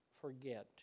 forget